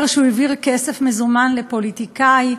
שהוא העביר כסף מזומן לפוליטיקאי.